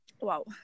wow